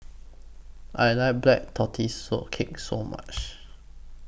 I like Black Tortoise Cake So much